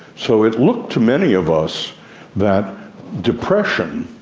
so it looked to many of us that depression,